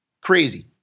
Crazy